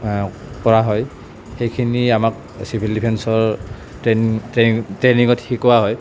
কৰা হয় সেইখিনি আমাক চিভিল ডিফেন্সৰ ট্ৰেইনিঙত শিকোৱা হয়